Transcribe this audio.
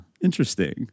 interesting